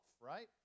right